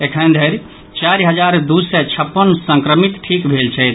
अखन धरि चारि हजार दू सय छप्पन संक्रमित ठीक भेल छथि